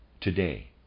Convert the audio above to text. today